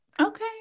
Okay